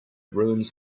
ruins